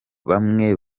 bamwe